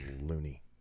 loony